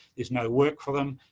there's no work for them,